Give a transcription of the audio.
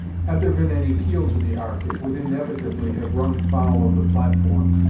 had there been any keel to the ark, it would inevitably have run foul of the platform,